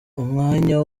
umwanya